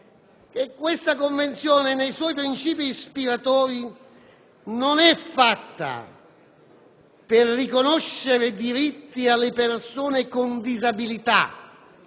che questa Convenzione, nei suoi princìpi ispiratori, non è fatta per riconoscere diritti alle persone con disabilità,